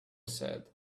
said